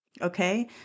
okay